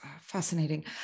Fascinating